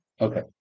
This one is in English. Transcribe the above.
Okay